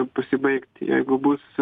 pasibaigti jeigu bus